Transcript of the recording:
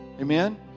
Amen